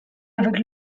avec